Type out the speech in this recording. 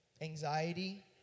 Anxiety